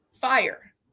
Fire